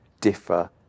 differ